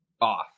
off